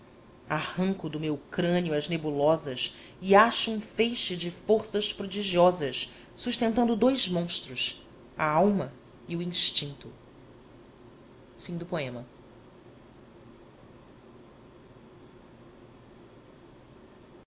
arranco do meu crânio as nebulosas e acho um feixe de forças prodigiosas sustentando dois monstros a alma e o instinto